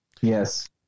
Yes